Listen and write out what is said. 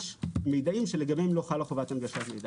יש מידעים שלגביהם לא חלה חובת הנגשת מידע.